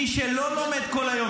מי שלא לומד כל היום,